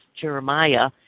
Jeremiah